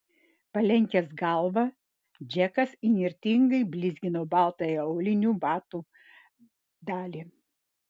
palenkęs galvą džekas įnirtingai blizgino baltąją aulinių batų dalį